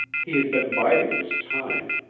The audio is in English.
he had been biding his time.